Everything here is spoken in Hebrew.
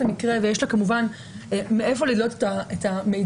המקרה ויש לה כמובן מהיכן לדלות את המידע